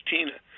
Tina